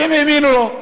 שהם האמינו לו.